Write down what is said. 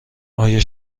آیا